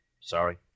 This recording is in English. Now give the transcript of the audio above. Sorry